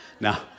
Now